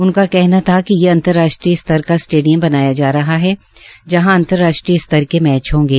उनका कहना था कि ये अंतर्राष्ट्रीय स्तर का स्टेडियम बनाया जा रहा है जहां अंतर्राष्ट्रीय स्तर के मैच होंगे